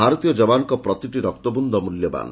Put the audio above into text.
ଭାରତୀୟ ଯବାନଙ୍କ ପ୍ରତିଟି ରକ୍ତବୁନ୍ଦା ମୂଲ୍ୟବାନ